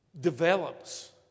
develops